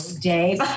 Dave